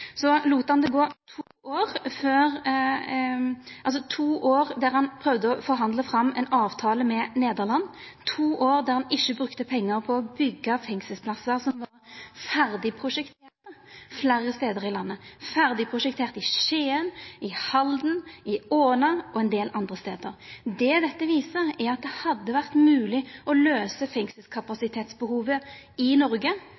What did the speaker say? Så lét han det gå to år der han prøvde å forhandla fram ein avtale med Nederland, to år der han ikkje brukte pengar på å byggja fengselsplassar som var ferdig prosjekterte fleire stader i landet – ferdig prosjekterte i Skien, i Halden, i Åna og ein del andre stader. Det dette viser, er at det hadde vore mogleg å dekkja behovet for fengselskapasitet i Noreg